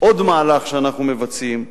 עוד מהלך שאנחנו מבצעים בנושא.